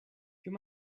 you